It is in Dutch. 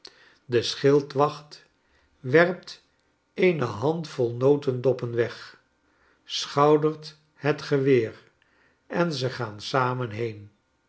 de schildwacht werpt eene hand vol notedoppen weg schoudert het geweer en ze gaan samen heen